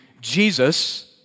Jesus